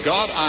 God